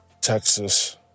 Texas